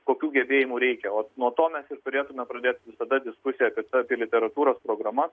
kokių gebėjimų reikia o nuo to mes ir turėtume pradėti visada diskusiją apie literatūros programas